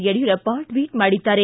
Yediyurappa tweet ಮಾಡಿದ್ದಾರೆ